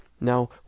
Now